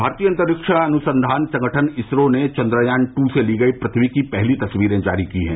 भारतीय अंतरिक्ष अनुसंधान संगठन इसरो ने चंद्रयान टू से ली गयी पृथ्वी की पहली तस्वीरें जारी की हैं